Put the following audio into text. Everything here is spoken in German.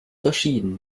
verschieden